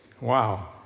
Wow